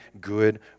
good